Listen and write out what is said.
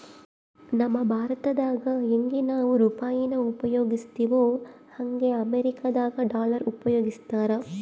ನಮ್ ಭಾರತ್ದಾಗ ಯಂಗೆ ನಾವು ರೂಪಾಯಿನ ಉಪಯೋಗಿಸ್ತಿವೋ ಹಂಗೆ ಅಮೇರಿಕುದಾಗ ಡಾಲರ್ ಉಪಯೋಗಿಸ್ತಾರ